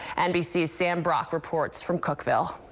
nbc's sam brock reports from cook fell.